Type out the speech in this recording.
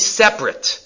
separate